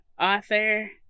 author